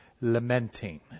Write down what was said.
lamenting